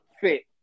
fit